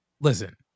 Listen